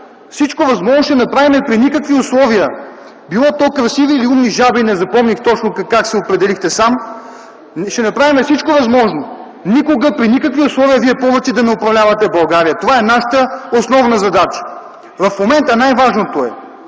Всичко възможно ще направим и при никакви условия – било то красиви или умни жаби – не запомних точно как се определихте сам, но ще направим всичко възможно никога, при никакви условия вие повече да не управлявате България. Това е нашата основна задача. В момента най-важното е